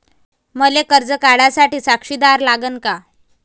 मले कर्ज काढा साठी साक्षीदार लागन का?